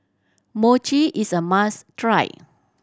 mochi is a must try